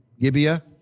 Gibeah